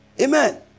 Amen